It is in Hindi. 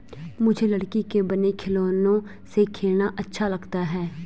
मुझे लकड़ी के बने खिलौनों से खेलना अच्छा लगता है